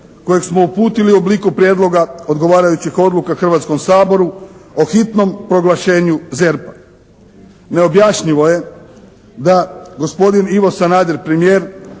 kojeg smo uputili u obliku prijedloga odgovarajućih odluka Hrvatskom saboru, o hitnom proglašenju ZERP-a. Neobjašnjivo je da gospodin Ivo Sanader, premijer,